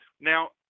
Now